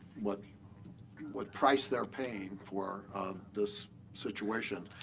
what what price they're paying for this situation.